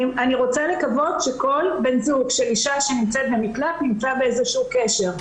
אני רוצה לקוות שכל בן זוג של אישה שנמצאת במקלט נמצא באיזשהו קשר.